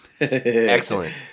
Excellent